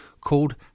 called